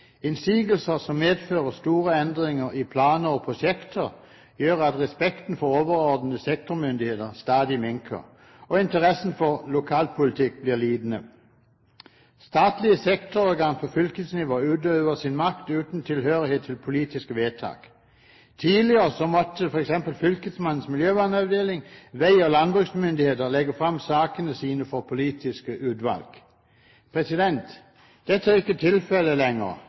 Innsigelser som medfører store endringer i planer og prosjekter, gjør at respekten for overordnede sektormyndigheter stadig minker, og interessen for lokalpolitikk blir lidende. Statlige sektororgan på fylkesnivå utøver sin makt uten tilhørighet til politiske vedtak. Tidligere måtte f.eks. fylkesmannens miljøvernavdeling, veg- og landbruksmyndigheter legge fram sakene for sine politiske utvalg. Dette er ikke tilfellet lenger.